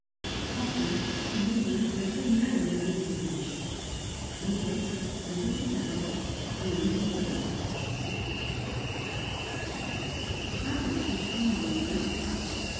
enfin julien s'achemina vers le lieu terrible l'hôtesse de dessus sa porte lui en indiquait la route